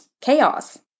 chaos